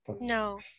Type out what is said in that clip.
No